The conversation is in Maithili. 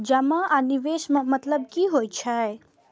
जमा आ निवेश में मतलब कि होई छै?